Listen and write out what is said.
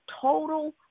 total